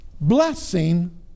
blessing